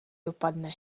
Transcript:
dopadne